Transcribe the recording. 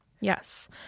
Yes